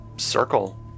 Circle